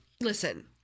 listen